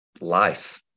life